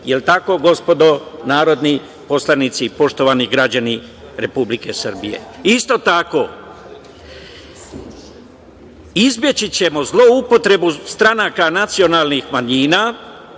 je tako, gospodo narodni poslanici i poštovani građani Republike Srbije? Isto tako, izbeći ćemo zloupotrebu stranaka nacionalnih manjina